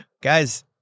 guys